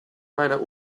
meiner